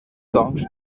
doncs